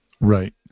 Right